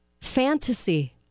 Fantasy